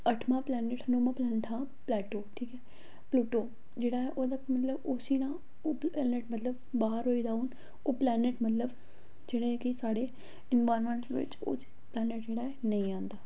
अट्ठवां planet नौंमा planet हा Pluto ठीक ऐ पलूटो जेह्ड़ा ओह्दा मतलव उसी न मतलव बाह्र होई दा हून ओह् पलैन्नट मतलव जेह्ड़े की साढ़े इन्वाईरनमैंट बिच्च पलैन्नट जेह्ड़ा नेईं आंदा